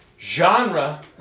Genre